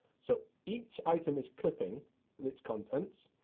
so, each item is clipping with its contents.